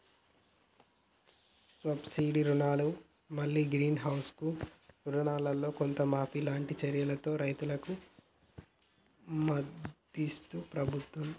subsidy రుణాలను మల్లి green house కు రుణాలల్లో కొంత మాఫీ లాంటి చర్యలతో రైతుకు మద్దతిస్తుంది ప్రభుత్వం